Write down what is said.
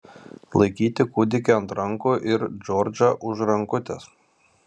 laikyti kūdikį ant rankų ir džordžą už rankutės